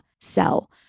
sell